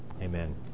Amen